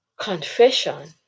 Confession